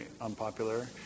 unpopular